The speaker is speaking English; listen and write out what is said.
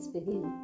begin